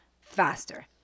faster